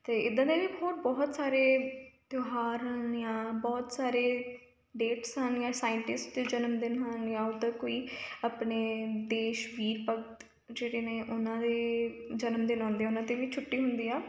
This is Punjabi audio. ਅਤੇ ਇੱਦਾਂ ਦੇ ਵੀ ਹੋਰ ਬਹੁਤ ਸਾਰੇ ਤਿਉਹਾਰ ਹਨ ਜਾਂ ਬਹੁਤ ਸਾਰੇ ਡੇਟਸ ਹਨ ਜਾਂ ਸਾਇੰਟਿਸਟ ਜਨਮਦਿਨ ਹੋਣ ਜਾਂ ਉੱਦਾਂ ਕੋਈ ਆਪਣੇ ਦੇਸ਼ ਪੀਰ ਭਗਤ ਜਿਹੜੇ ਨੇ ਉਹਨਾਂ ਦੇ ਜਨਮ ਦਿਨ ਆਉਂਦੇ ਉਹਨਾਂ 'ਤੇ ਵੀ ਛੁੱਟੀ ਹੁੰਦੀ ਆ